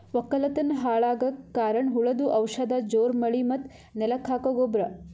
ವಕ್ಕಲತನ್ ಹಾಳಗಕ್ ಕಾರಣ್ ಹುಳದು ಔಷಧ ಜೋರ್ ಮಳಿ ಮತ್ತ್ ನೆಲಕ್ ಹಾಕೊ ಗೊಬ್ರ